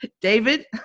David